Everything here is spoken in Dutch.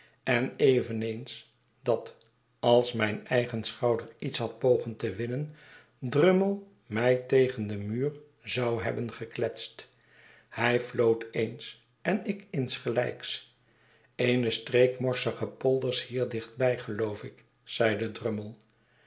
en eveneens dat als mijn eigen schouder iets had pogen te winnen drummle mij tegen den muur zou hebben gekletst hij floot eens en ik insgelijks eene streek morsige polders hier dichtbij geloof ik zeide drummle